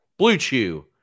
BlueChew